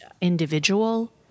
individual